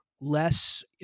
less